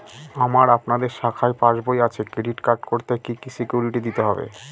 আমার আপনাদের শাখায় পাসবই আছে ক্রেডিট কার্ড করতে কি কি সিকিউরিটি দিতে হবে?